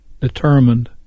determined